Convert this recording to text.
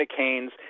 McCain's